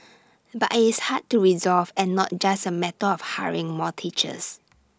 but it's hard to resolve and not just A matter of hiring more teachers